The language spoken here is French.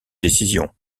décision